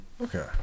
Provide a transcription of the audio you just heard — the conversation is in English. Okay